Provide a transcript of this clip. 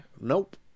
Nope